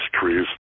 trees